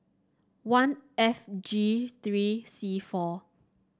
one F G three C four